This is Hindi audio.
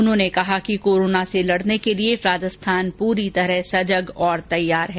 उन्होंने कहा कि कोरोना से लड़ने के लिए राजस्थान पूरी तरह सजग और तैयार है